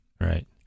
Right